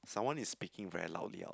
someone is speaking very loudly out